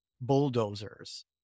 bulldozers